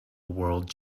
world